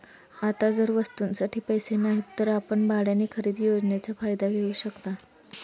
आता जर वस्तूंसाठी पैसे नाहीत तर आपण भाड्याने खरेदी योजनेचा फायदा घेऊ शकता